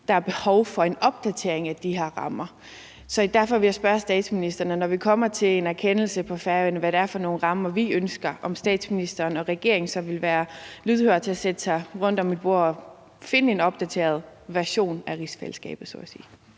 der er behov for en opdatering af de her rammer. Så derfor vil jeg spørge statsministeren: Når vi kommer til en erkendelse på Færøerne af, hvad det er for nogle rammer, vi ønsker, vil statsministeren og regeringen så være lydhøre og klar til at sætte sig rundt om et bord og finde frem til en opdateret version af rigsfællesskabet så at sige?